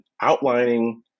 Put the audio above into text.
outlining